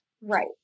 Right